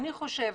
לדעתי,